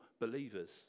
believers